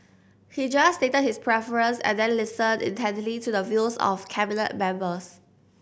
he just stated his preference and then listened intently to the views of Cabinet members